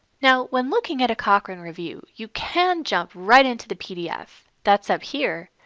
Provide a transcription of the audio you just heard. now, when looking at a cochrane review, you can jump right into the pdf, that's up here,